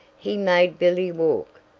he made billy walk,